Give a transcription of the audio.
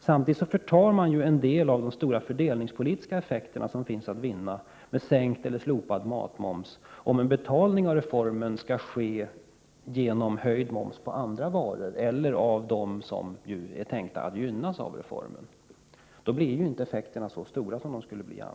Samtidigt förtar man ju en del av de stora fördelningspolitiska effekter som kan bli resultatet av en sänkning eller ett slopande av matmomsen, om reformen skall betalas genom höjd moms på andra varor eller på deras bekostnad som man tänkt sig skall gynnas av reformen. Då blir inte effekterna vad de annars skulle ha blivit.